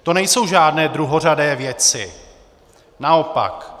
To nejsou žádné druhořadé věci, naopak.